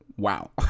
wow